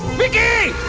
bigger